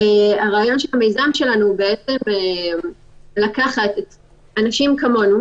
הרעיון של המיזם שלנו הוא לקחת אנשים כמונו,